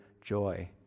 joy